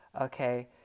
okay